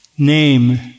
name